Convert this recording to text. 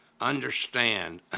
understand